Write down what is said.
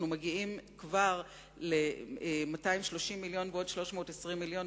מגיעים כבר ל-230 מיליון ועוד 320 מיליון,